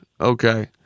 okay